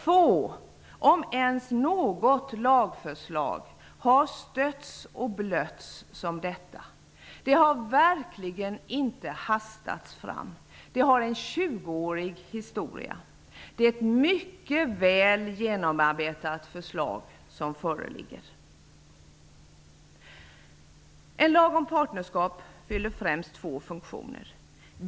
Få, om ens något, lagförslag har stötts och blötts som detta. Det har verkligen inte hastats fram; det har en tjugoårig historia bakom sig. Det förslag som föreligger är ett mycket väl genomarbetat sådant. En lag om partnerskap fyller främst två funktioner.